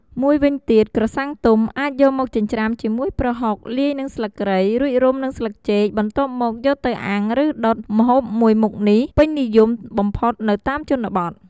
មួយវិញទៀតក្រសាំងទុំ អាចយកមកចិញ្ច្រាំជាមួយប្រហុកលាយនឹងស្លឹកគ្រៃ រួចរុំនឹងស្លឹកចេកបន្ទាប់មកយកទៅអាំងឬដុត ម្ហូបមួយមុខនេះពេញនិយមបំផុតនៅតាមជនបទ។